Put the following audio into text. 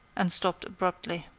and stopped abruptly.